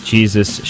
Jesus